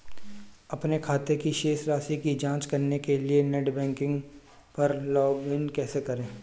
अपने खाते की शेष राशि की जांच करने के लिए नेट बैंकिंग पर लॉगइन कैसे करें?